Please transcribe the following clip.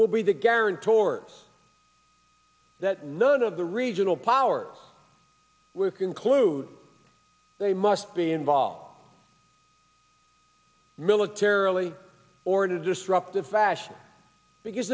will be the guarantors that none of the regional powers were concluded they must be involved militarily or disruptive fashion because